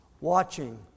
watching